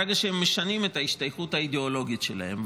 ברגע שהם משנים את ההשתייכות האידיאולוגית שלהם.